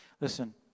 Listen